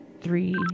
three